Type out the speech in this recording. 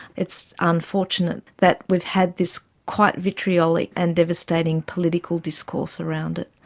it's unfortunate that we've had this quite vitriolic and devastating political discourse around it.